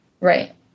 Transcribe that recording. right